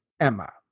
Emma